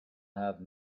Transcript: have